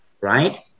right